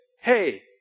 hey